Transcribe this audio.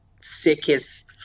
sickest